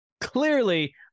clearly